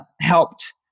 helped